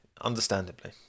understandably